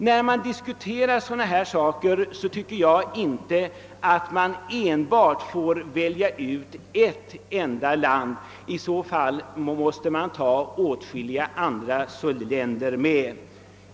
När man diskuterar sådana här saker bör man inte välja ut ett enda land; då måste man ta med åtskilliga andra.